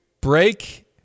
break